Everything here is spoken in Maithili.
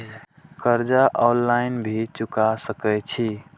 कर्जा ऑनलाइन भी चुका सके छी?